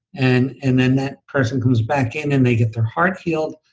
and and then that person comes back in, and they get their heart healed,